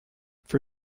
for